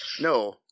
No